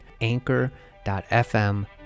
anchor.fm